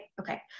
Okay